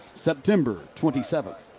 september twenty seventh.